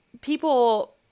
people